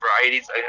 varieties